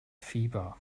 fieber